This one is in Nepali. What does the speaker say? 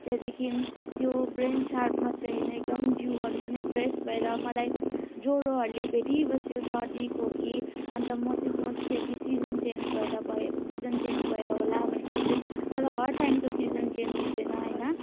त्यहाँदेखि त्यो ब्रेन सार्प मात्रै होइन एकदम जिउहरू पनि फ्रेस भएर मलाई ज्वरोहरूले भेटी बस्थ्यो सर्दी खोकी अन्त म चाहिँ सोच्थेँ कि सिजन चेन्ज भएर सिजन चेन्ज भएर होला भनेर सोच्थेँ तर हर टाइम त सिजन चेन्ज हुँदैन होइन